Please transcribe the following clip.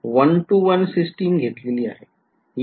तर मी one to one system घेतलेली आहे